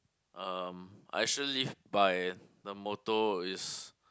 um I should live by the motto is